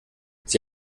sie